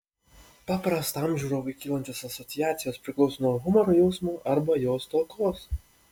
paprastam žiūrovui kylančios asociacijos priklauso nuo humoro jausmo arba jo stokos